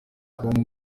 tubamo